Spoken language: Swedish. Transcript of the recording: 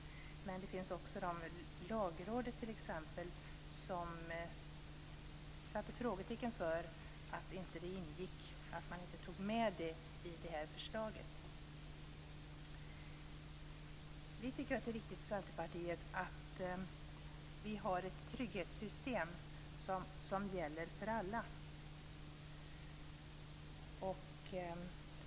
Det finns också de, t.ex. Lagrådet, som satte frågetecken för att man inte tog med den i det här förslaget. Vi i Centerpartiet tycker att det är viktigt att vi har ett trygghetssystem som gäller för alla.